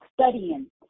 studying